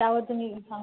त्यावर तुम्ही सांग